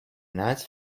nice